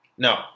No